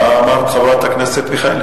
מה אמרת, חברת הכנסת מיכאלי?